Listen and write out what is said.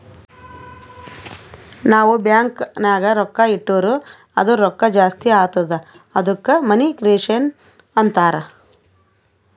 ನಾವ್ ಬ್ಯಾಂಕ್ ನಾಗ್ ರೊಕ್ಕಾ ಇಟ್ಟುರ್ ಅದು ರೊಕ್ಕಾ ಜಾಸ್ತಿ ಆತ್ತುದ ಅದ್ದುಕ ಮನಿ ಕ್ರಿಯೇಷನ್ ಅಂತಾರ್